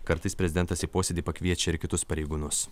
kartais prezidentas į posėdį pakviečia ir kitus pareigūnus